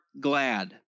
glad